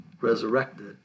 resurrected